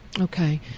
Okay